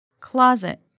Closet